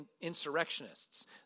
insurrectionists